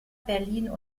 berlin